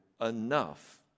enough